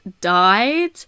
died